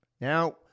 Now